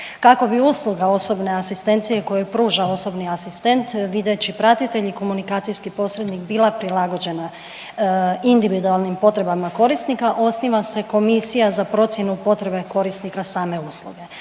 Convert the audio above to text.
Kako bi usluga osobne asistencije koju pruža osobni asistent, videći pratitelji i komunkacijski posrednik bila prilagođena individualnim potrebama korisnika osniva se komisija za procjenu potrebe korisnika same usluge,